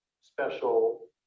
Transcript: special